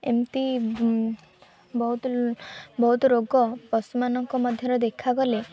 ଏମତି ବହୁତ ବହୁତ ରୋଗ ପଶୁମାନଙ୍କ ମଧ୍ୟରେ ଦେଖାଗଲେ